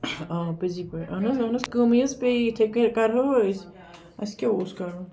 آ پِزی پٲٹھۍ اہن حظ اہن حظ کٲمٕے حظ پیٚے یِتھٔے کٔنۍ کَرہاوٕ أسۍ اسہِ کیٛاہ اوس کَرُن